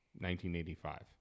1985